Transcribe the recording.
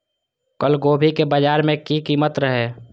कल गोभी के बाजार में की कीमत रहे?